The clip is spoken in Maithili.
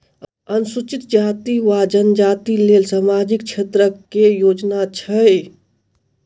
अनुसूचित जाति वा जनजाति लेल सामाजिक क्षेत्रक केँ योजना छैक?